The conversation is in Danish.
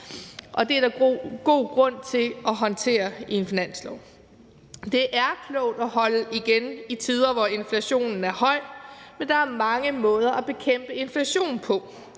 og det er der god grund til at håndtere i en finanslov. Det er klogt at holde igen i tider, hvor inflationen er høj, men der er mange måder at bekæmpe inflation på.